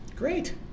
Great